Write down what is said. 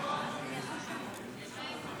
לא נתקבלה.